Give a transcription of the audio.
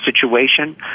situation